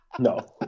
No